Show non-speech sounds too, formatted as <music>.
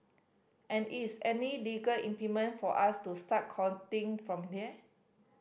and is any legal impediment for us to start counting from <unintelligible>